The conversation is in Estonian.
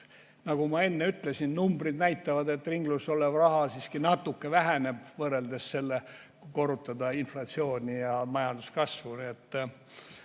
nagu ma enne ütlesin, numbrid näitavad, et ringluses olev raha siiski natuke väheneb võrreldes sellega, kui korrutada inflatsiooni ja majanduskasvu